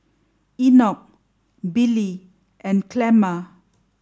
Enoch Billy and Clemma